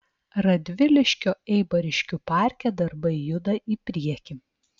radviliškio eibariškių parke darbai juda į priekį